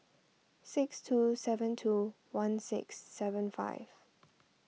six two seven two one six seven five